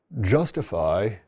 justify